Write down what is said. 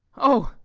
oh,